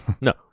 no